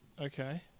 Okay